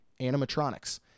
animatronics